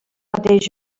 mateix